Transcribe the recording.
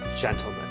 gentlemen